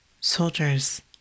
Soldiers